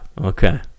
okay